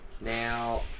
Now